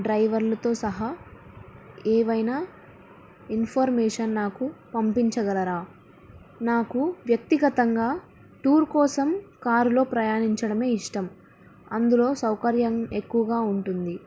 డ్రైవర్లతో సహా ఏవైనా ఇన్ఫర్మేషన్ నాకు పంపించగలరా నాకు వ్యక్తిగతంగా టూర్ కోసం కారులో ప్రయాణించడమే ఇష్టం అందులో సౌకర్యం ఎక్కువగా ఉంటుంది